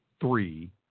three